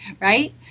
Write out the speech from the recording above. right